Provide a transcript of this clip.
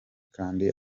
kandi